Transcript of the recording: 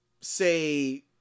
say